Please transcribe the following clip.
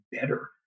better